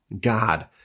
God